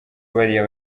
bariya